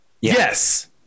Yes